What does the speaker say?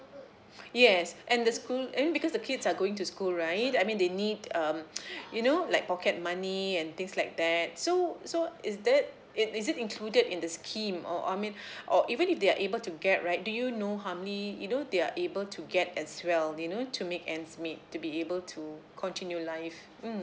yes and the school I mean because the kids are going to school right I mean they need um you know like pocket money and things like that so so is that it is it included in the scheme or I mean or even if they are able to get right do you know how many you know they are able to get as well you know to make ends meet to be able to continue life mm